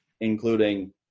including